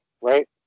right